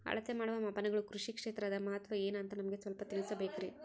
ಅಳತೆ ಮಾಡುವ ಮಾಪನಗಳು ಕೃಷಿ ಕ್ಷೇತ್ರ ಅದರ ಮಹತ್ವ ಏನು ಅಂತ ನಮಗೆ ಸ್ವಲ್ಪ ತಿಳಿಸಬೇಕ್ರಿ?